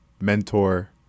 mentor